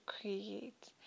create